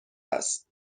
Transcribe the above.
است